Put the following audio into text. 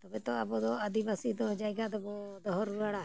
ᱛᱚᱵᱮ ᱛᱚ ᱟᱵᱚ ᱫᱚ ᱟᱹᱫᱤᱵᱟᱹᱥᱤ ᱫᱚ ᱡᱟᱭᱜᱟ ᱫᱚᱵᱚᱱ ᱫᱚᱦᱚ ᱨᱩᱣᱟᱹᱲᱟ